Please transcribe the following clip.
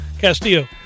Castillo